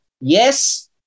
Yes